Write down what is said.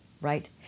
right